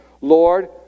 Lord